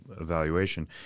evaluation